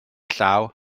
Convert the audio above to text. llaw